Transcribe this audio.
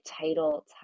title